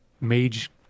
mage